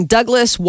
Douglas